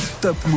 Top